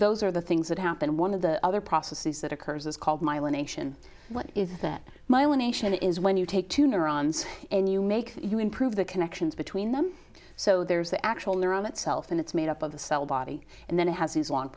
those are the things that happen one of the other processes that occurs is called myelination is that myla nation is when you take two neurons and you make you improve the connections between them so there's the actual neuron itself and it's made up of the cell body and then it has these long